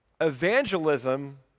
evangelism